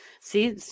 See